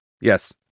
Yes